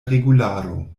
regularo